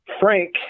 Frank